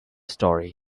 story